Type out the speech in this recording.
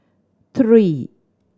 three